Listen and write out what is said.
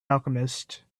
alchemist